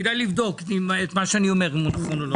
כדאי לבדוק את מה שאני אומר, אם הוא נכון או לא.